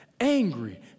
Angry